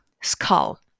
skull